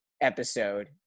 episode